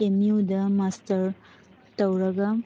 M ꯌꯨꯗ ꯃꯁꯇꯔ ꯇꯧꯔꯒ